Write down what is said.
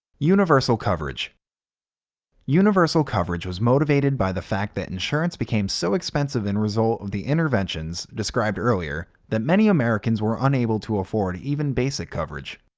universal coverage universal coverage was motivated by the fact that insurance became so expensive in result of the interventions described earlier that many americans were unable to afford even basic coverage.